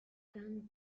canne